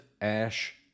ash